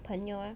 朋友啊